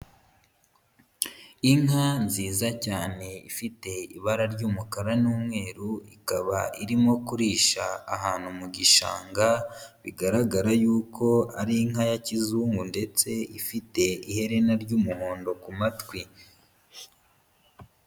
Inka nziza cyane ifite ibara ry'umukara n'umweru, ikaba irimo kurisha ahantu mu gishanga, bigaragara yuko ari inka ya kizungu ndetse ifite iherena ry'umuhondo ku matwi.